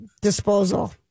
disposal